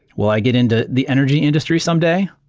will i get into the energy industry someday?